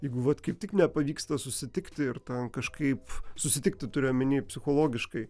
jeigu vat kaip tik nepavyksta susitikti ir ten kažkaip susitikti turiu omeny psichologiškai